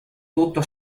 tutto